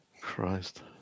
Christ